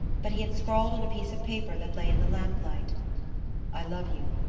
but he had scrawled on a piece of paper that lay in the lamplight i love you.